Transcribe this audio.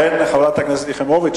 חברת הכנסת יחימוביץ,